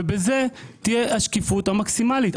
ובזה תהיה השקיפות המקסימלית.